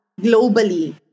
globally